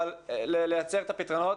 אבל כדי לייצר פתרונות.